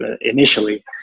initially